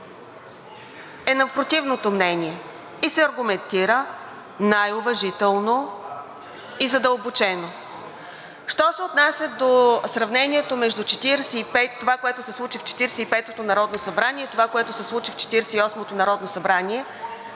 е на противното мнение и се аргументира най-уважително и задълбочено. Що се отнася до сравнението между онова, което се случи в Четиридесет и петото народно събрание, и това, което се случи в Четиридесет и осмото народно събрание,